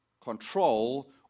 control